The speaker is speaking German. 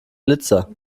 blitzer